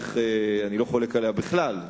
אני לא חולק עליה בכלל,